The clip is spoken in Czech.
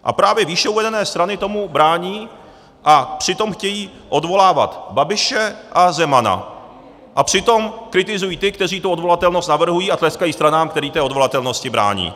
A právě výše uvedené strany tomu brání, a přitom chtějí odvolávat Babiše a Zemana a přitom kritizují ty, kteří tu odvolatelnost navrhují, a tleskají stranám, které té odvolatelnosti brání.